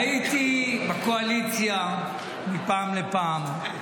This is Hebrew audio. הייתי בקואליציה מפעם לפעם.